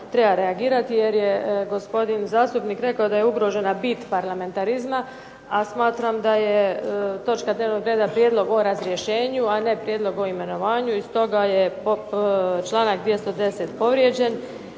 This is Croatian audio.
treba reagirati jer je gospodin zastupnik rekao da je ugrožena bit parlamentarizma, a smatram da je točka dnevnog reda prijedlog o razrješenju, a ne prijedlog i imenovanju, i stoga je članak 210. povrijeđen